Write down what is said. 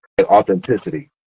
authenticity